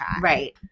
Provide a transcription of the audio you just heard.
Right